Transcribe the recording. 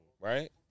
right